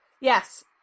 yes